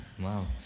wow